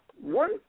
One